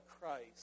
Christ